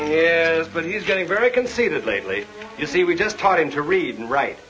yes but he's getting very conceited lately you see we just taught him to read and write